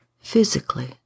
physically